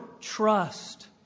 trust